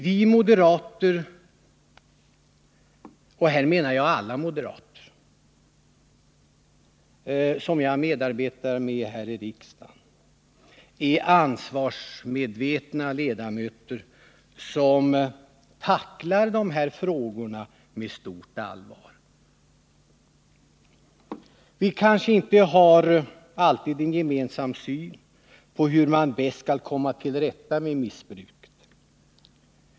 Vi moderater — och här menar jag alla moderater som jag samarbetar med här i riksdagen — är ansvarsmedvetna ledamöter som tacklar de här frågorna med stort allvar. Vi kanske inte alltid har en gemensam syn på hur man bäst skall komma till rätta med missbruket.